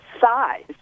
size